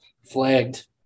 flagged